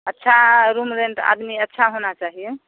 अच्छा room rent आदमी अच्छा होना चाहिए